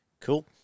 Cool